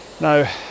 Now